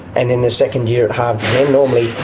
and in the second year it halved